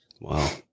Wow